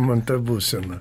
man ta būsena